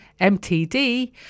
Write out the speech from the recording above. MTD